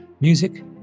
Music